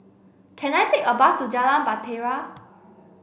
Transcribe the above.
can I take a bus to Jalan Bahtera